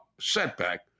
setback